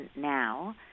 now